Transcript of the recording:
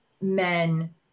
men